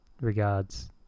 regards